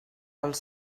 els